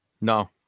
no